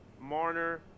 Marner